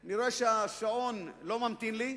אני רואה שהשעון לא ממתין לי.